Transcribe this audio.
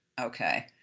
Okay